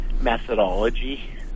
methodology